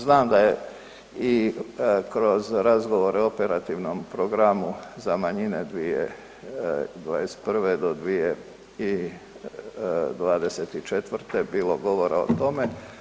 Znam da je i kroz razgovore o operativnom programu za manjine 2021.-2024. bilo govora o tome.